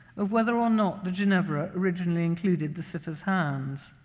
of whether or not the ginevra originally included the sitter's hands.